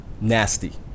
Nasty